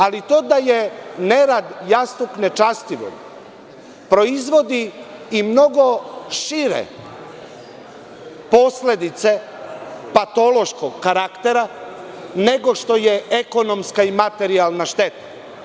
Ali, to je da je nerad jastuk nečastivog, proizvodi i mnogo šire posledice patološkog karaktera, nego što je ekonomska i materijalna šteta.